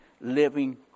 living